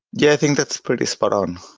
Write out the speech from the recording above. yeah, i think that's pretty spot on.